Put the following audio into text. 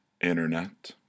Internet